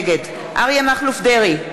נגד אריה מכלוף דרעי,